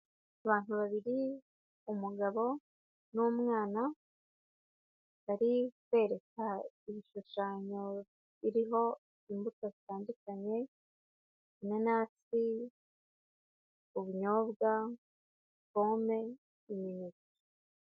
Abantu babiri umugabo n'umwana, bari kwereka ibishushanyo iriho imbuto zitandukanye, inanasi, ubunyobwa, pome, imineke.